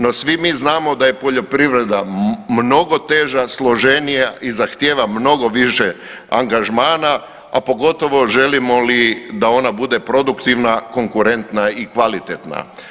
No svi mi znamo da je poljoprivreda mnogo teža, složenija i zahtjeva mnogo više angažmana, a pogotovo želimo li da ona bude produktivna, konkurentna i kvalitetna.